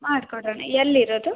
ಮಾಡ್ಕೊಡೋಣ ಎಲ್ಲಿ ಇರೋದು